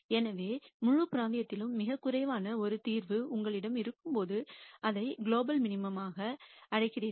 எனவே முழு பிராந்தியத்திலும் மிகக் குறைவான ஒரு தீர்வு உங்களிடம் இருக்கும்போது அதை குளோபல் மினிமம் மாக அழைக்கிறீர்கள்